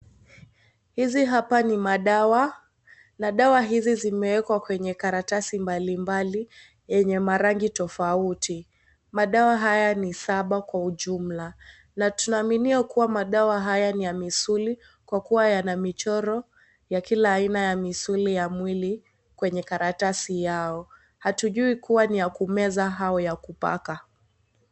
Hizi hapa ni madawa, na dawa hizi zimeekwa kwenye kalatasi mbalimbali, yenye marangi tofauti. Madawa haya ni saba kwa ujumla. Na tunaaminia kuwa madawa haya ni ya misuli, kwa kuwa yana michoro ya kila aina ya misuli ya mwili kwenye kalatasi yao. Hatujui kua ni ya kumeza au ya kupaka.